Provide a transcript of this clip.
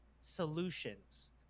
solutions